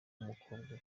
w’umukobwa